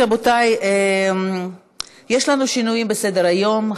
רבותיי, יש לנו שינויים בסדר-היום.